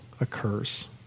occurs